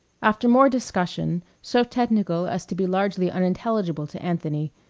after more discussion, so technical as to be largely unintelligible to anthony,